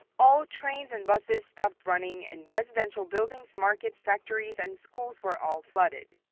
all trains and buses stopped running and residential buildings, markets, factories, and schools were all flooded.